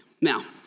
Now